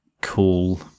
Cool